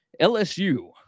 LSU